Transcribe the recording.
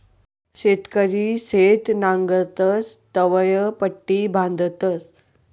शेतकरी शेत नांगरतस तवंय पट्टी बांधतस